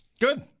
Good